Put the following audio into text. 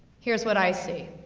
here's what i see.